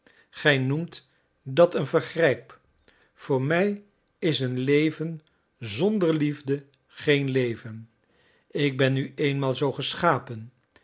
gij noemt dat een vergrijp voor mij is een leven zonder liefde geen leven ik ben nu eenmaal zoo geschapen